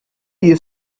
you